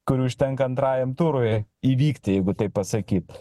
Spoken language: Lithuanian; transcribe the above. kurių užtenka antrajam turui įvykti jeigu taip pasakyt